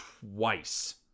twice